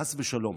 חס ושלום.